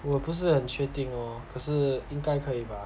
我不是很确定哦可是应该可以吧